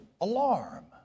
alarm